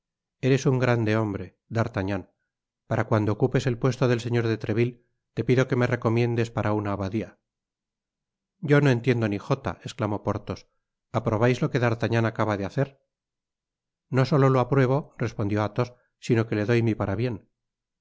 eres un grande hombre d'artagnan para cuando ocupes el puesto del señor de treville te pido que me recomiendes para una abadia yo no entiendo jota esclamó porthos aprobais lo que d'artagnan acaba de hacer no solo lo apruebo respondió athos sino que le doy mi